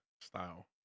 style